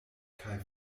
kaj